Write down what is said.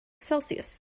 celsius